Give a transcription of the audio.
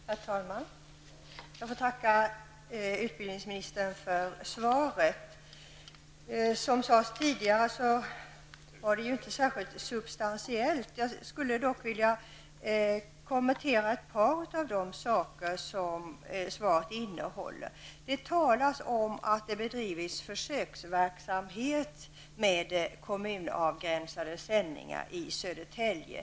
Herr talman! Jag tackar utbildningsministern för svaret. Som det har sagts tidigare här i dag är svaret inte särskilt substantiellt. Jag skulle dock vilja kommentera ett par saker som nämns i svaret. Det talas om att det har bedrivits en försöksverksamhet med kommunavgränsade sändningar i Södertälje.